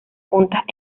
puntas